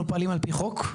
אנחנו פועלים על פי חוק ,